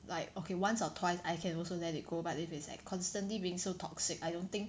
like okay once or twice I can also let it go but if it's like constantly being so toxic I don't think